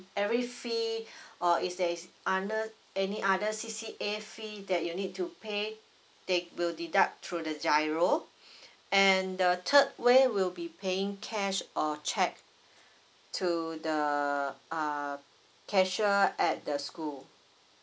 every fee or is there is under any other C_C_A free that you need to pay they will deduct through the G_I_R_O and the third way will be paying cash or cheque to the uh cashier at the school